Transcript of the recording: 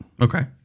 Okay